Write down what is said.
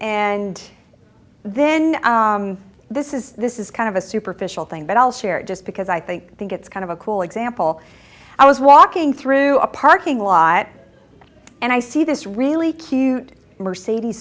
and then this is this is kind of a superficial thing but i'll share it just because i think think it's kind of a cool example i was walking through a parking lot and i see this really cute mercedes